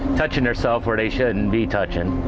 touching their self where they shouldn't be touching.